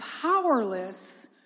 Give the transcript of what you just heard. powerless